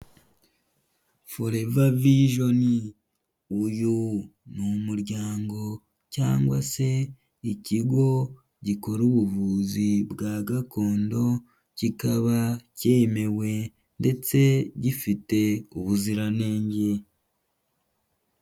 Forever vision, uyu ni umuryango cyangwa se ikigo gikora ubuvuzi bwa gakondo, kikaba cyemewe ndetse gifite ubuziranenge.